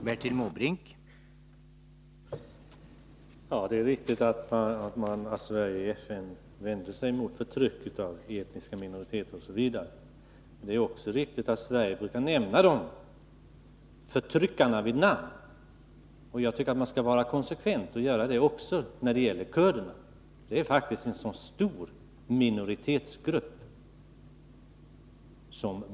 Herr talman! Det är riktigt att Sverige i FN vänder sig mot förtryck av etniska minoriteter, osv. Det är också riktigt att Sverige brukar nämna förtryckare och förtryckta vid namn. Jag anser att man skall vara konsekvent och göra det också när det gäller kurderna och dess förtryckare.